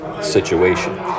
situation